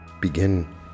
Begin